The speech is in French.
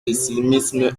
pessimisme